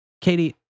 katie